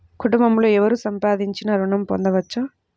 కుటుంబంలో ఎవరు సంపాదించినా ఋణం పొందవచ్చా?